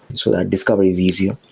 so that discovery is easier.